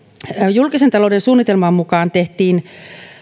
julkisen talouden suunnitelman mukaan